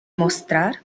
mostrar